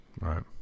right